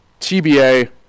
TBA